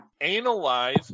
Analyze